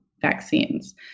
vaccines